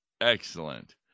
Excellent